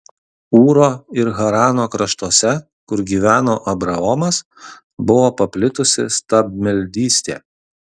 ūro ir harano kraštuose kur gyveno abraomas buvo paplitusi stabmeldystė